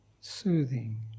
soothing